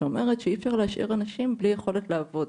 שאומרת שאי אפשר להשאיר אנשים בלי יכולת לעבוד.